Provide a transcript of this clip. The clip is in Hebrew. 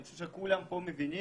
אני חושב שכולם פה מבינים